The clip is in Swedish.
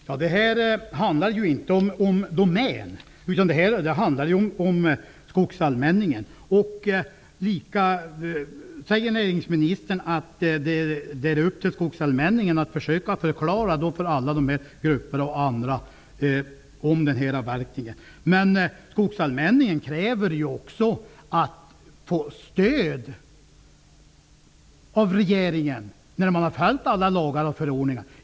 Fru talman! Det handlar här inte om Domän utan om skogsallmänningen. Näringsministern säger att det är upp till skogsallmänningen att försöka förklara för kampanjgruppen och andra hur det ligger till med avverkningen. Men skogsallmänningen kräver att också få stöd av regeringen, eftersom man har följt alla lagar och förordningar.